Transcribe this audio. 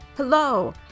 Hello